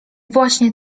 właśnie